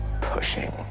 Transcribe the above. pushing